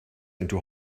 into